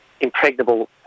impregnable